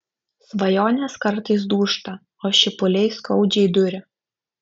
svajonės kartais dūžta o šipuliai skaudžiai duria